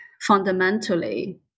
fundamentally